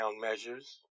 measures